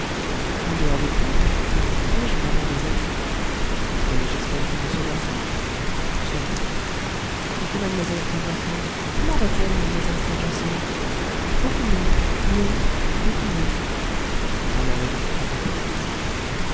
en dehors de vous me dit-il ai-je vraiment des amis mais j'espère que m darzac sans doute et que mlle stangerson comment va-t-elle mlle stangerson beaucoup mieux mieux beaucoup mieux alors il ne faut pas être triste